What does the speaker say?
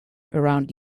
around